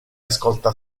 ascolta